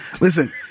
Listen